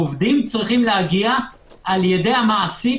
העובדים צריכים להגיע על-ידי המעסיק